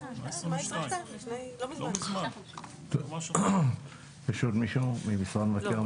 2022. עוד מישהו ממשרד מבקר המדינה?